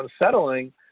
unsettling